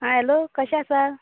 हा हॅलो कशें आसा